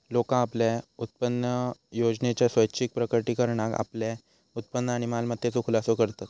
लोका आपल्या उत्पन्नयोजनेच्या स्वैच्छिक प्रकटीकरणात आपल्या उत्पन्न आणि मालमत्तेचो खुलासो करतत